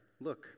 Look